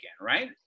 right